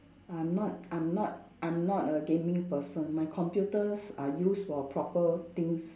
I'm not I'm not I'm not a gaming person my computers are used for proper things